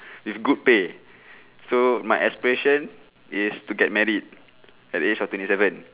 with good pay so my aspiration is to get married at the age of twenty seven